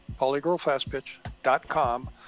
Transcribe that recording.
polygirlfastpitch.com